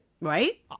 right